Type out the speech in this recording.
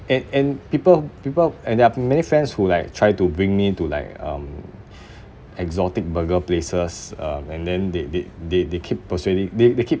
and and people people and there are many friends who like try to bring me to like um exotic burger places uh and then they they they they keep persuading they they keep